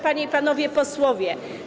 Panie i Panowie Posłowie!